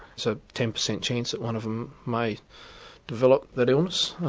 so ten percent chance that one of them may develop that illness. i